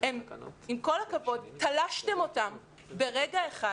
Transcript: עם כל הכבוד, תלשתם אותם ברגע אחד